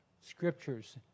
scriptures